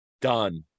done